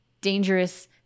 dangerous